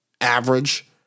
average